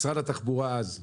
משרד התחבורה אז,